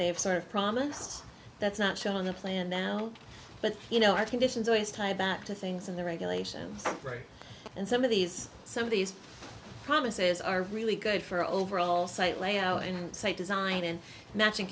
they have sort of promised that's not shown on the plan now but you know our conditions always tied back to things in the regulations right and some of these some of these promises are really good for overall site layout and design and matching